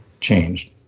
changed